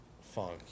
funk